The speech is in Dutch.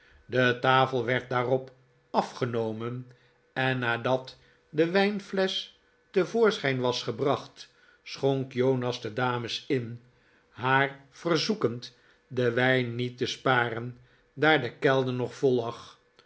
de tafel werd daarop afgenomen en nadat de wijnflesch te voorschijn was gebracht schonk jonas de dames in haar verzoekend den wijn niet te sparen daar de kelder nog vol